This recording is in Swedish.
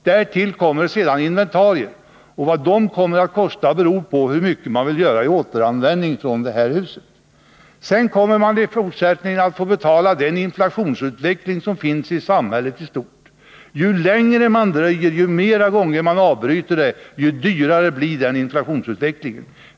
Därtill kommer inventarier, och vad de kommer att kosta beror på hur mycket man vill återanvända från det här huset. Sedan kommer man i fortsättningen att få betala den kostnadsökning som uppkommer på grund av inflationsutvecklingen i samhället i stort. Ju längre det dröjer och ju fler gånger man avbryter bygget, desto större blir de kostnadsökningar som inflationsutvecklingen leder till.